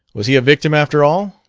was he a victim, after all?